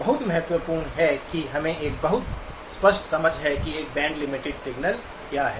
बहुत महत्वपूर्ण है कि हमें एक बहुत स्पष्ट समझ है कि एक बैंड लिमिटेड सिग्नल क्या है